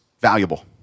valuable